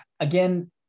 Again